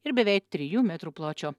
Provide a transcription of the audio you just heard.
ir beveik trijų metrų pločio